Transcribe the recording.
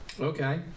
Okay